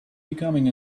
becoming